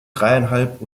dreieinhalb